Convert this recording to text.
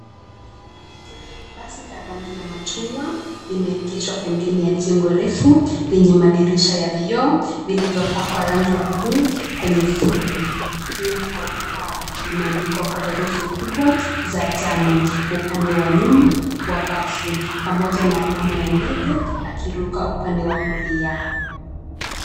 Basi la rangi ya machungwa limeegeshwa pembeni ya jumba refu lenye madirisha ya vioo viliyopakwa rangi ya bluu kwenye fremu, jina TAWAKAL limeandikwa kwa herufi kubwa za njano upande wa nyuma wa basi pamoja na alama ya ndege akiruka kwa upande wa kulia.